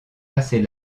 assez